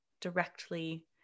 directly